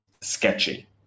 sketchy